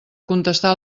contestar